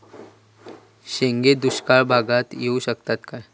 शेंगे दुष्काळ भागाक येऊ शकतत काय?